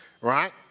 right